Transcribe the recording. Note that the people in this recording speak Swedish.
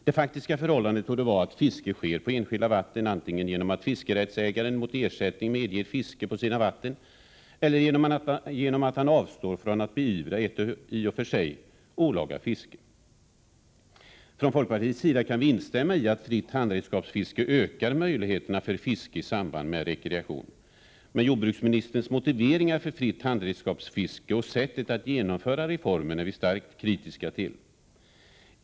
Det faktiska förhållandet torde vara att fiske sker på enskilda vatten antingen genom att fiskerättsägaren mot ersättning medger fiske på sina vatten eller genom att han avstår från att beivra ett i och för sig olaga fiske. Från folkpartiets sida kan vi instämma i att fritt handredskapsfiske ökar möjligheterna för fiske i samband med rekreation. Men jordbruksministerns motiveringar för fritt handredskapsfiske och sättet att genomföra reformen är vi starkt kritiska mot.